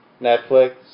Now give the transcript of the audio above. Netflix